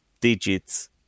digits